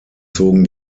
zogen